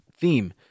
theme